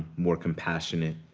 more compassionate.